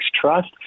Trust